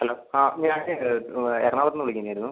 hello ആ ഞാൻ എറണാകുളത്തുനിന്ന് വിളിക്കുന്നതായിരുന്നു